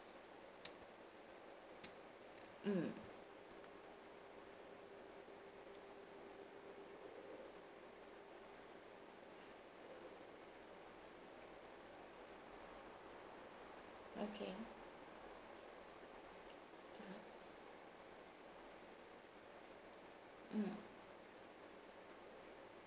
mm okay mm mm